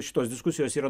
šitos diskusijos yra